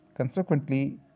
Consequently